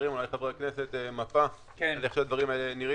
לחברי הכנסת כדי לראות איך הדברים האלה נראים.